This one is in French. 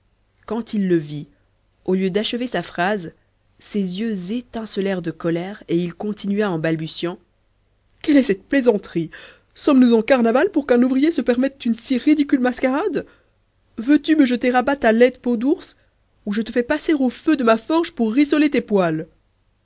quand il le vit au lieu d'achever sa phrase ses yeux étincelèrent de colère et il continua en balbutiant quelle est cette plaisanterie sommes-nous en carnaval pour qu'un ouvrier se permette une si ridicule mascarade veux-tu me jeter à bas ta laide peau d'ours ou je te fais passer au feu de ma forge pour rissoler tes poils